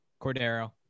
Cordero